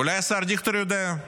אולי השר דיכטר יודע?